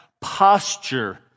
posture